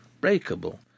breakable